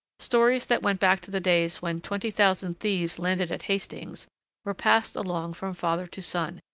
stories that went back to the days when twenty thousand thieves landed at hastings were passed along from father to son,